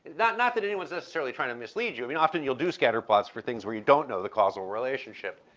not not that anyone is necessarily trying to mislead you. i mean often, you'll do scatterplots for things where you don't know the causal relationship.